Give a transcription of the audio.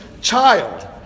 child